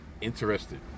interested